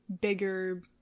bigger